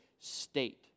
state